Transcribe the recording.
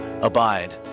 abide